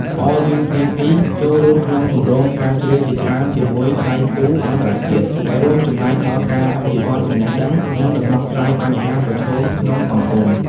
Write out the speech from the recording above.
RUPP ចូលរួមក្នុងគម្រោងស្រាវជ្រាវជាច្រើនជាមួយដៃគូអន្តរជាតិ ដែលរួមចំណែកដល់ការអភិវឌ្ឍចំណេះដឹង និងដំណោះស្រាយបញ្ហាប្រឈមក្នុងសង្គម។